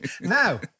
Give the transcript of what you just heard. Now